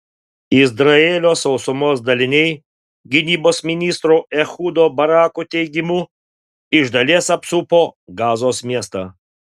izraelio sausumos daliniai gynybos ministro ehudo barako teigimu iš dalies apsupo gazos miestą